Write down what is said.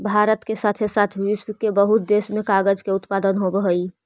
भारत के साथे साथ विश्व के बहुते देश में कागज के उत्पादन होवऽ हई